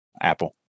Apple